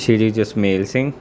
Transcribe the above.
Shri Jasmel Singh